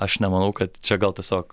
aš nemanau kad čia gal tiesiog